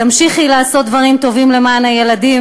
תמשיכי לעשות דברים טובים למען הילדים,